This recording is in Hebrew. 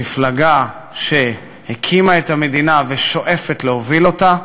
מפלגה שהקימה את המדינה ושואפת להוביל אותה,